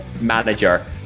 manager